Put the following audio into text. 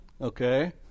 okay